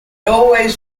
always